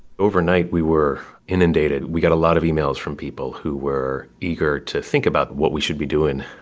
overnight, we were inundated. we got a lot of emails from people who were eager to think about what we should be doing